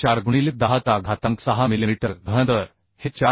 64 गुणिले 10 चा घातांक 6 मिलिमीटर घन तर हे 4